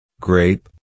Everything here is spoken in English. Grape